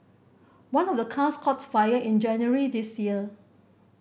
one of the cars caught fire in January this year